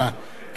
תודה רבה.